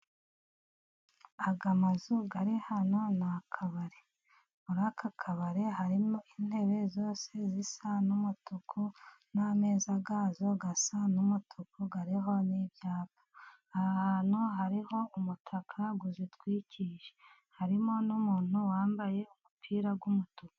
Aya mazu ari hano ni akabare, muri aka kabari harimo intebe zose zisa n'umutuku, n'ameza yazo asa n'umutuku hariho n'ibyapa. Aha hantu hariho umutaka uzitwikiye, harimo n'umuntu wambaye umupira w'umutuku.